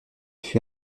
fut